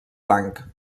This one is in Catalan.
blanc